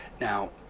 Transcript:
Now